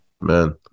man